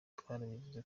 twaravuze